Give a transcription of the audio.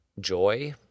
joy